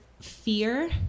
fear